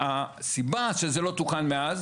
הסיבה שזה לא תוקן מאז